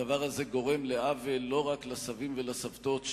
הדבר הזה גורם לעוול לא רק לסבים ולסבתות,